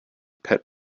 pet